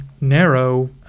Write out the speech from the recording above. narrow